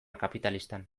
kapitalistan